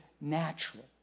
natural